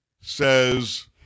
says